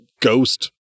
ghost